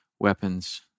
weapons